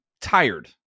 tired